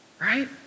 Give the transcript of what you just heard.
right